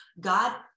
god